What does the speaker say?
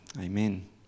Amen